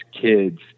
kids